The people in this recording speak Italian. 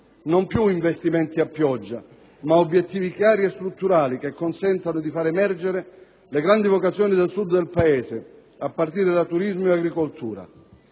non più investimenti a pioggia, ma obiettivi chiari e strutturali, che consentano di far emergere le grandi vocazioni del Sud del Paese, a partire dal turismo e dall'agricoltura.